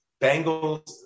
Bengals